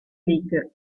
league